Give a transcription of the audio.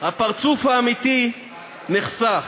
הפרצוף האמיתי נחשף.